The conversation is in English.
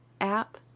app